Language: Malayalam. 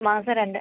മാസം രണ്ട്